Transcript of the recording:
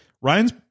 Ryan's